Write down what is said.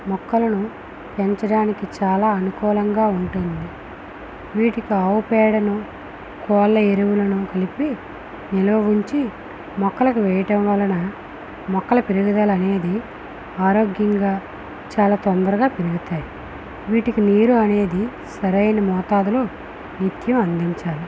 మొక్కలను పెంచడానికి చాలా అనుకూలంగా ఉంటుంది వీటికి ఆవు పేడను కోళ్ళ ఎరువులను కలిపి నిలువ ఉంచి మొక్కలకు వేయటం వలన మొక్కల పెరుగుదల అనేది ఆరోగ్యంగా చాలా తొందరగా పెరుగుతాయి వీటికి నీరు అనేది సరైన మోతాదులో నిత్యం అందించాలి